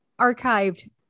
archived